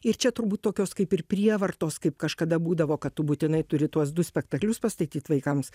ir čia turbūt tokios kaip ir prievartos kaip kažkada būdavo kad tu būtinai turi tuos du spektaklius pastatyt vaikams